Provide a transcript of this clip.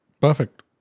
Perfect